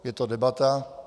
Je to debata.